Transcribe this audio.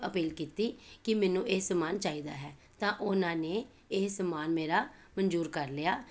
appeal ਕੀਤੀ ਕਿ ਮੈਨੂੰ ਇਹ ਸਮਾਨ ਚਾਹੀਦਾ ਹੈ ਤਾਂ ਉਹਨਾਂ ਨੇ ਇਹ ਸਮਾਨ ਮੇਰਾ ਮਨਜੂਰ ਕਰ ਲਿਆ